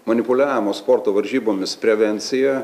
manipuliavimo sporto varžybomis prevenciją